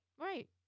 right